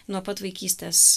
nuo pat vaikystės